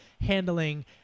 handling